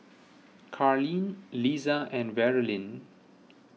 Carleen Liza and Verlyn